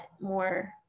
more